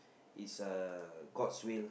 it's uh god's will